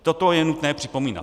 Toto je nutné připomínat.